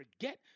forget